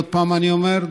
עוד פעם אני אומר,